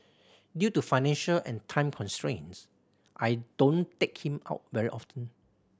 due to financial and time constraints I don't take him out very often